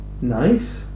Nice